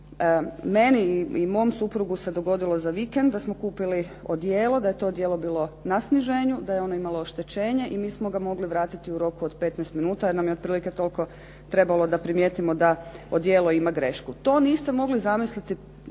Meni i mom suprugu se dogodilo za vikend da smo kupili odijelo, da je to odijelo bilo na sniženju, da je ono imalo oštećenje i mi smo ga mogli vratiti u roku od 15 minuta jer nam je otprilike toliko trebalo da primijetimo da odijelo ima grešku. To niste mogli zamisliti